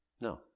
No